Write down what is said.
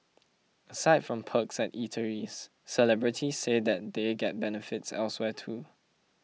aside from perks at eateries celebrities say that they get benefits elsewhere too